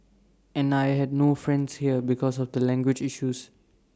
and I had no friends here because of the language issues